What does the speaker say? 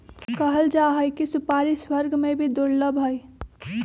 कहल जाहई कि सुपारी स्वर्ग में भी दुर्लभ हई